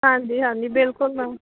ਹਾਂਜੀ ਹਾਂਜੀ ਬਿਲਕੁਲ ਮੈਮ